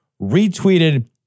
retweeted